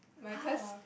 my cause